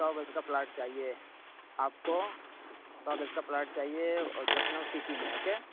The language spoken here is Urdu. سو گز کا پلاٹ چاہیے آپ کو سو گز کا پلاٹ چاہیے اورلکھنؤ سٹی میں اوکے